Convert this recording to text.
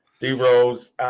D-Rose